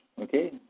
okay